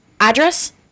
Address